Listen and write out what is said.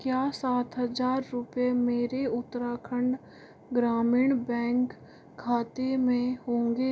क्या सात हजार रुपये मेरे उत्तराखंड ग्रामीण बैंक खाते में होंगे